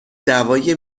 دوای